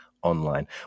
online